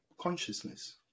consciousness